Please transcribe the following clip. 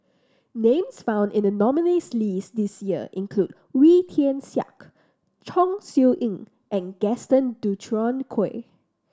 names found in the nominees' list this year include Wee Tian Siak Chong Siew Ying and Gaston Dutronquoy